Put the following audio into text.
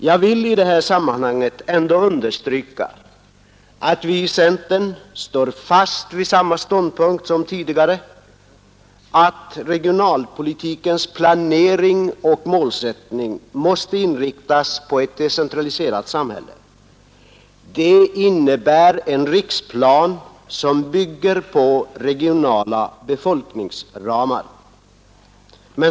Jag vill i det här sammanhanget ändå understryka att vi i centern står fast vid samma ståndpunkt som tidigare, nämligen att regionalpolitikens planering och målsättning måste inriktas på ett decentraliserat samhälle. Det innebär en riksplan som bygger på regionala befolkningsramar.